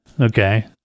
Okay